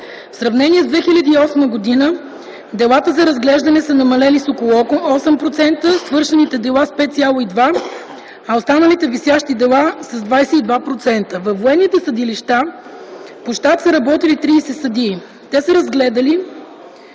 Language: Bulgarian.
В сравнение с 2008 г. делата за разглеждане са намалели с около 8%, свършените дела с 5,2%, а останалите висящи дела с 22%. Във военните съдилища на щат са работили 30 съдии. Те са разгледали